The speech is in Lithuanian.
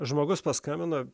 žmogus paskambino